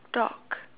dog